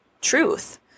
truth